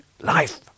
life